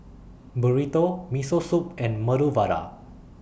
Burrito Miso Soup and Medu Vada